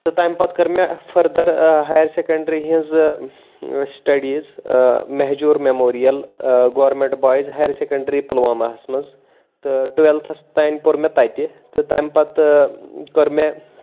تہٕ تَمہِ پَتہٕ کٔر مےٚ فٔردَر ٲں ہایَر سیٚکَنڈرٛی ہنٛز ٲں سٹیڈیٖز ٲں مہجور میٚموریل ٲں گورمیٚنٹ بایِز ہایر سیٚکَنڈرٛی پُلواماہَس منٛز تہٕ ٹُویٚلتھَس تانۍ پوٚر مےٚ تَتہِ تہٕ تَمہِ پَتہٕ کٔر مےٚ